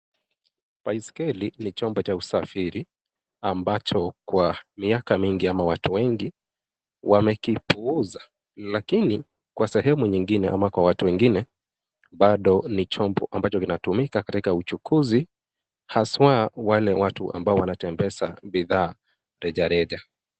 Baiskeli ni chombo cha usafiri ambacho kwa miaka mingi ama watu wengi wamekipuuza lakini kwa sehemu nyingine ama kwa watu wengine, bado ni chombo kinachotumika katika uchukuzi, haswa wale watu ambao wanatembeza bidhaa rejareja.